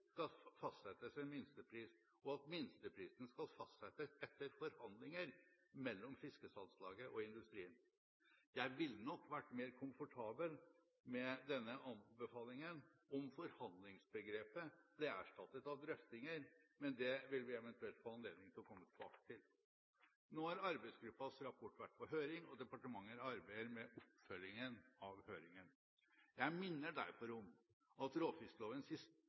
skal fastsettes en minstepris, og at minsteprisen skal fastsettes etter forhandlinger mellom fiskesalgslaget og industrien. Jeg ville nok vært mer komfortabel med denne anbefalingen om forhandlingsbegrepet ble erstattet av drøftinger, men det vil vi eventuelt få anledning til å komme tilbake til. Nå har arbeidsgruppens rapport vært på høring, og departementet arbeider med oppfølgingen av høringen. Jeg minner derfor om at